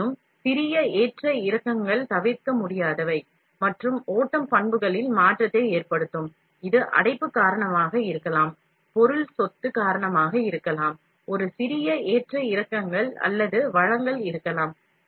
இருப்பினும் சிறிய ஏற்ற இறக்கங்கள் தவிர்க்க முடியாதவை மற்றும் ஓட்டம் பண்புகளில் மாற்றத்தை ஏற்படுத்தும் இது அடைப்பு காரணமாக இருக்கலாம் பொருள் பண்புகள் காரணமாக இருக்கலாம் ஒரு சிறிய ஏற்ற இறக்கங்கள் அல்லது வழங்கல் இருக்கலாம்